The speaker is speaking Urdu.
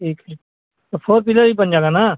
ٹھیک ہے تو فور ویلر بھی بن جائے گا نا